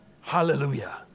Hallelujah